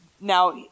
Now